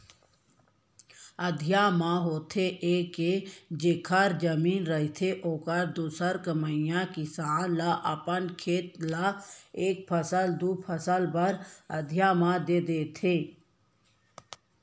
अधिया म होथे ये के जेखर जमीन रथे ओहर दूसर कमइया किसान ल अपन खेत ल एक फसल, दू फसल बर अधिया म दे देथे